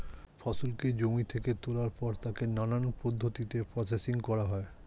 ফসলকে জমি থেকে তোলার পর তাকে নানান পদ্ধতিতে প্রসেসিং করা হয়